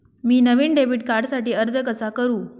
मी नवीन डेबिट कार्डसाठी अर्ज कसा करु?